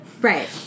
Right